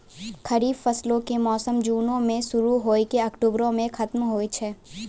खरीफ फसलो के मौसम जूनो मे शुरु होय के अक्टुबरो मे खतम होय छै